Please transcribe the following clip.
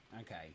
Okay